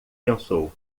pensou